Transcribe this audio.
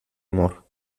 amor